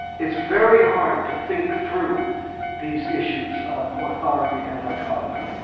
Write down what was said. it's very hard to think through these issues of authority and autonomy.